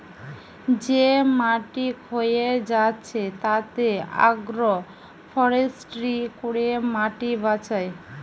যে মাটি ক্ষয়ে যাচ্ছে তাতে আগ্রো ফরেষ্ট্রী করে মাটি বাঁচায়